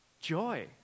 Joy